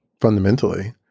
Fundamentally